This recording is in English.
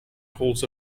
holds